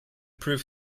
prove